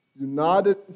united